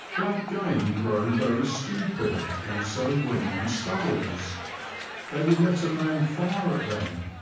black game grow very stupid also when on stubbles they will let a man fire at them,